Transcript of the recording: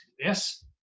yes